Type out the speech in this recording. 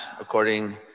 according